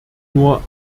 nur